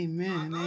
Amen